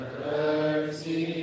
mercy